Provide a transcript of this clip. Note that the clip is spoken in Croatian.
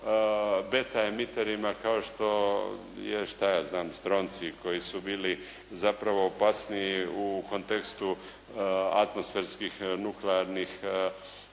beta emiterima kao što je što ja znam stroncij koji su bili zapravo opasniji u kontekstu atmosferskih nuklearnih